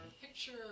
picture